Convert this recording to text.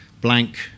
blank